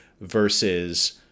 versus